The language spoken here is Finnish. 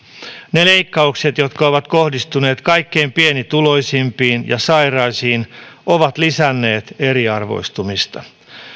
ne leikkaukset jotka ovat kohdistuneet kaikkein pienituloisimpiin ja sairaisiin ovat lisänneet eriarvoistumista